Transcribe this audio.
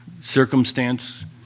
circumstance